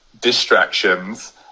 distractions